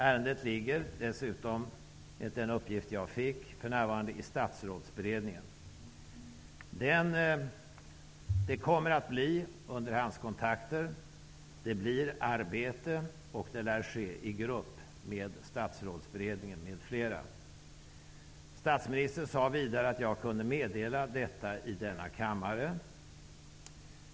Ärendet ligger för närvarande dessutom, enligt en uppgift jag fick, i statsrådsberedningen. Det kommer att bli underhandskontakter. Det blir arbete, och detta lär ske i grupp med statsrådsberedningen m.fl. Statsministern sade vidare att jag kunde meddela detta i denna kammare.